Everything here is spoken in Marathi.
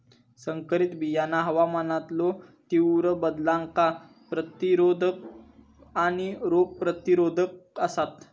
संकरित बियाणा हवामानातलो तीव्र बदलांका प्रतिरोधक आणि रोग प्रतिरोधक आसात